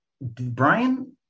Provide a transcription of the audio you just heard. brian